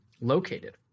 located